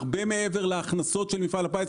הרבה מעבר להכנסות של מפעל הפיס,